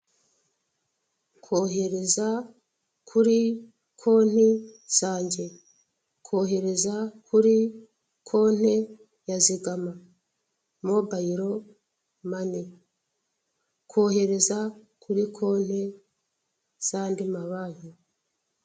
Kohereza kuri konti zange, kohereza kuri konti ya zigama, mobayiromani, kohereza kuri konte zandi ma banki.